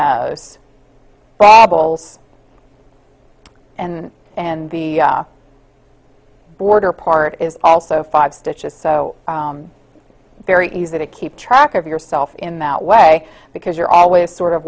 the babbles and and the border part is also five stitches so very easy to keep track of yourself in that way because you're always sort of